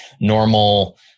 normal